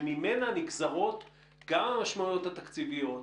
שממנה נגזרות גם המשמעויות התקציביות,